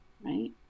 right